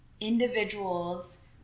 individuals